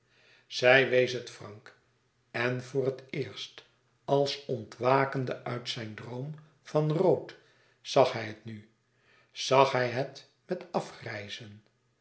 zij wees het frank en voor het eerst als ontwakende uit zijn droom van rood zag hij het nu zag hij het met afgrijzen